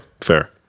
Fair